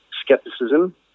Skepticism